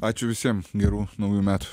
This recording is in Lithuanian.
ačiū visiem gerų naujųjų metų